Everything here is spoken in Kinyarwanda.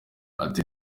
ati